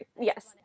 Yes